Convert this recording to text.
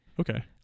Okay